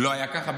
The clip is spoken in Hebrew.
לא היה ככה?